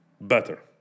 better